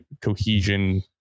cohesion